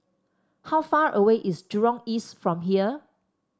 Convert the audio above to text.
how far away is Jurong East from here